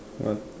what